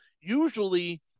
Usually